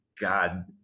God